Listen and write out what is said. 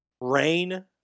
Rain